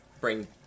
bring